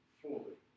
fully